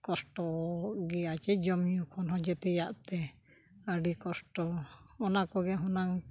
ᱠᱚᱥᱴᱚᱜ ᱜᱮᱭᱟ ᱪᱮᱫ ᱡᱚᱢ ᱧᱩ ᱠᱷᱚᱱ ᱦᱚᱸ ᱡᱚᱛᱚᱣᱟᱜᱼᱛᱮ ᱟᱹᱰᱤ ᱠᱚᱥᱴᱚ ᱚᱱᱟ ᱠᱚᱜᱮ ᱦᱩᱱᱟᱹᱝ